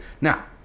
now